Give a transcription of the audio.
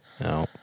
No